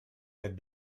had